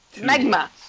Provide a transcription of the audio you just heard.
Magma